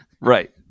right